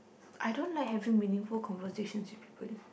I don't like having meaningful conversations with people